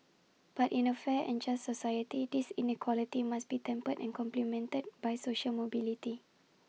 but in A fair and just society this inequality must be tempered and complemented by social mobility